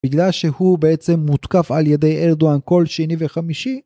‫בגלל שהוא בעצם מותקף על ידי ‫ארדואן כל שני וחמישי.